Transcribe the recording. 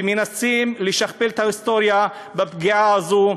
ומנסים לשכפל את ההיסטוריה בפגיעה הזאת.